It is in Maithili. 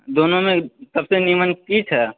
दुनूमे सबसँ नीमन की छै